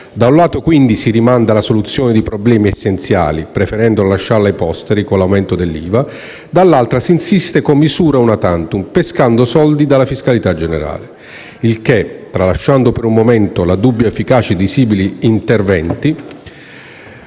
Da un lato, dunque, si rimanda la soluzione di problemi essenziali, preferendo lasciarla ai posteri, come l'aumento dell'IVA; dall'altra si insiste con misure *una tantum*, pescando soldi dalla fiscalità generale. Tralasciando per un momento la dubbia efficacia di simili interventi,